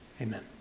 amen